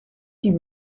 die